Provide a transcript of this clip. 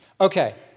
Okay